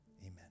Amen